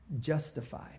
Justified